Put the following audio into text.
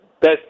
best